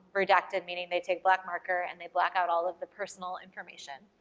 redacted meaning they take black marker and they black out all of the personal information.